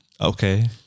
Okay